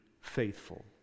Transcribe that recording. faithful